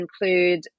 include